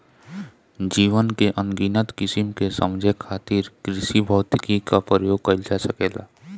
जीवन के अनगिनत किसिम के समझे खातिर कृषिभौतिकी क प्रयोग कइल जा सकेला